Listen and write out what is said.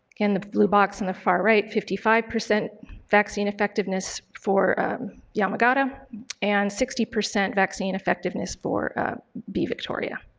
again the blue box on the far right, fifty five percent vaccine effectiveness for yamagata and sixty percent vaccine effectiveness for b victoria.